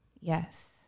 Yes